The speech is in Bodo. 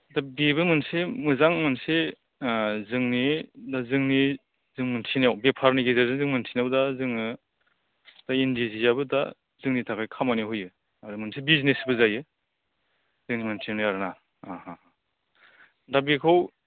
दा बेबो मोनसे मोजां मोनसे ओह जोंनि जोंनि जों मोनथिनायाव बेफारनि गेजेरजों जों मोनथिनायाव दा जोङो बे इन्दि जिआबो दा जोंनि थाखाय खामानियाव होयो आरो मोनसे बिजनेसबो जायो जों मोनथिनायाव आरो ना हा हा दा बेखौ